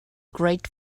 great